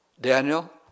Daniel